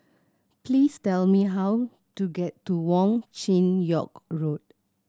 please tell me how to get to Wong Chin Yoke Road